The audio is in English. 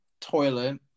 toilet